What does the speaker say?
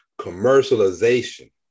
commercialization